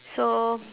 so